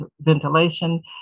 ventilation